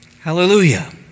Hallelujah